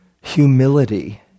humility